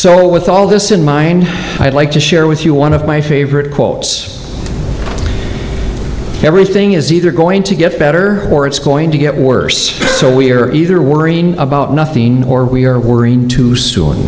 so with all this in mind i'd like to share with you one of my favorite quotes everything is either going to get better or it's going to get worse so we're either worrying about nothing or we're worrying too soon